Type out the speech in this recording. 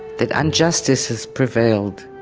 that injustice has prevailed.